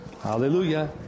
Hallelujah